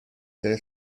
their